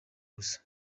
gusa